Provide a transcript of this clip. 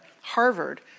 Harvard